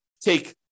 take